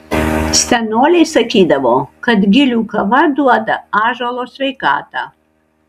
senoliai sakydavo kad gilių kava duoda ąžuolo sveikatą